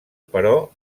però